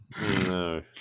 no